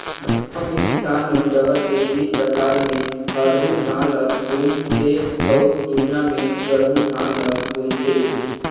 गांव के किसान मन डहर के तीर तखार में हरहून धान ल बुन थें अउ दूरिहा में गरहून धान ल बून थे